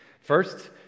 First